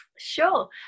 sure